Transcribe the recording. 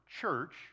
church